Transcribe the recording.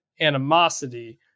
animosity